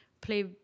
play